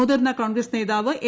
മുതിർന്ന കോൺഗ്രസ് നേതാവ് എ